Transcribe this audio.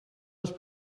les